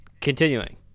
Continuing